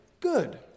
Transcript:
good